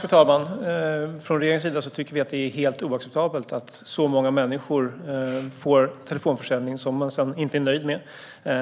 Fru talman! Från regeringens sida tycker vi att det är helt oacceptabelt att så många människor utsätts för telefonförsäljning som de sedan inte är nöjda med.